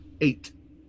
Eight